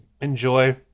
enjoy